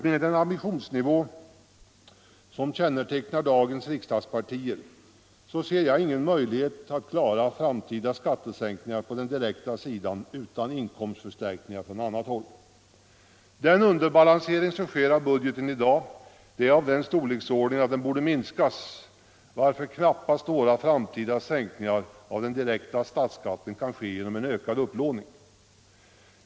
Med den ambitionsnivå som kännetecknar dagens riksdagspartier ser jag ingen möjlighet att klara framtida skattesänkningar på den direkta sidan utan inkomstförstärkningar från annat håll. Den underbalansering av budgeten som sker i dag är av den storleksordningen att den borde minskas, varför knappast några framtida sänkningar av den direkta statsskatten kan ske genom ökad upplåning.